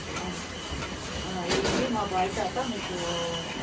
వేయండి మా బాయ్ చేత మీకు